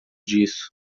disso